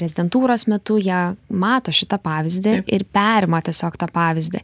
rezidentūros metu jie mato šitą pavyzdį ir perima tiesiog tą pavyzdį